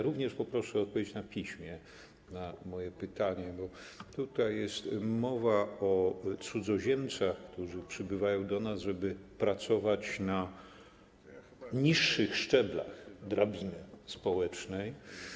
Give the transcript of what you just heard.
Również poproszę o odpowiedź na piśmie na moje pytanie, bo jest mowa o cudzoziemcach, którzy przybywają do nas, żeby pracować na niższych szczeblach drabiny społecznej.